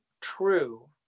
true